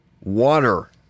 water